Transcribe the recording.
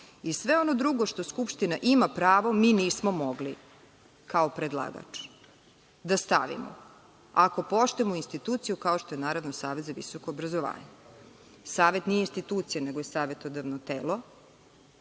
i sve ono drugo što Skupština ima pravo, mi nismo mogli, kao predlagač da stavimo, ako poštujemo instituciju kao što je Savet za visoko obrazovanje". Savet nije institucija, nego je savetodavno telo,